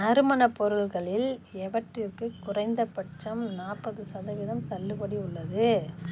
நறுமணப் பொருட்களில் எவற்றிக்கு குறைந்தபட்சம் நாற்பது சதவீதம் தள்ளுபடி உள்ளது